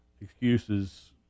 excuses